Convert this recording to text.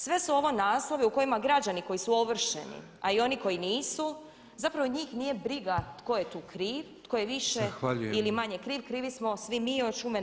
Sve su ovo naslovi u kojima građani koji su ovršeni a i oni koji nisu zapravo njih nije briga tko je tu kriv, tko je više ili manje kriv, krivi smo svi mi, od šume ne vide stablo.